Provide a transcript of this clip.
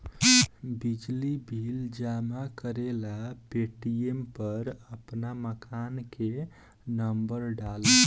बिजली बिल जमा करेला पेटीएम पर आपन मकान के नम्बर डाल